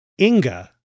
Inga